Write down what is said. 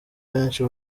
benshi